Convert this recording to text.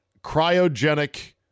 cryogenic